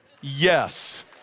Yes